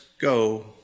go